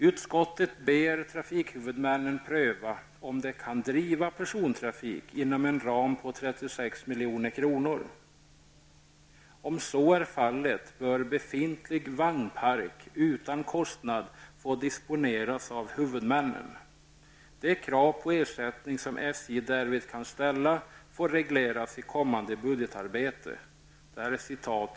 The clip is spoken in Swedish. Utskottet ber trafikhuvudmännen pröva om de kan driva persontrafik inom en ram på 36 milj.kr. ''Om så är fallet bör befintlig vagnpark utan kostnad få disponeras av huvudmännen. De krav på ersättning som SJ därvid kan ställa får regleras i kommande budgetarbete.''